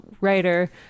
Writer